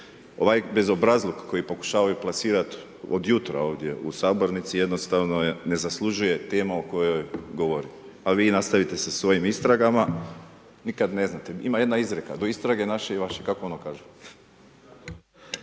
ovaj bezobrazluk koji pokušavaju plasirat od jutra ovdje u sabornici jednostavno ne zaslužuje tema o kojoj govorimo a vi nastavite sa svojim istragama, nikad ne znate. Ima jedna izreka, do istrage naši i vaši, kako ono kažu.